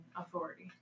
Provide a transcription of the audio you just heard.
authority